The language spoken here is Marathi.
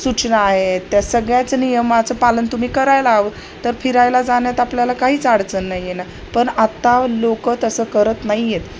सूचना आहे त्या सगळ्याच नियमाचं पालन तुम्ही करायला हवं तर फिरायला जाण्यात आपल्याला काहीच अडचण नाहीये ना पण आत्ता लोकं तसं करत नाहीयेत